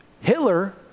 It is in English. Hitler